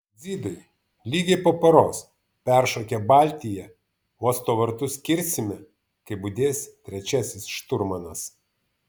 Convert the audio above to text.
dzidai lygiai po paros peršokę baltiją uosto vartus kirsime kai budės trečiasis šturmanas